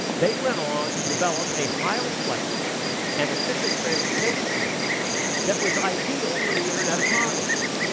they went on to develop a highly flexible and efficient transportation system that was ideal for the internet economy.